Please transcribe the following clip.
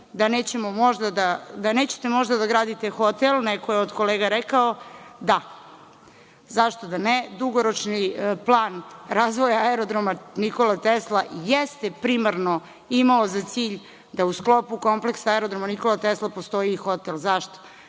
da nećete možda da gradite hotel, neko je od kolega rekao. Da, zašto da ne? Dugoročni plan razvoja aerodroma „Nikola Tesla“ jeste primarno imao za cilj da u sklopu kompleksa aerodroma „Nikola Tesla“ postoji i hotel. Zašto?